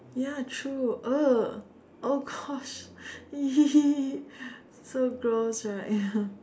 ya true err oh Gosh !ee! so gross right ya